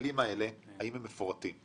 האלה מפורטים?